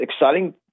exciting